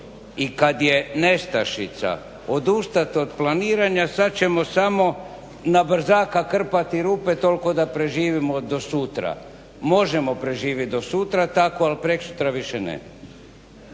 i kad je nestašica odustat od planiranja, sad ćemo samo na brzaka krpati rupe toliko da preživimo do sutra. Možemo preživjet do sutra tako ali preksutra više ne.